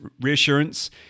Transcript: reassurance